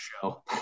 show